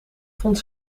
vond